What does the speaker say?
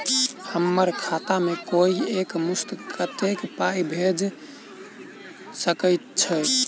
हम्मर खाता मे कोइ एक मुस्त कत्तेक पाई भेजि सकय छई?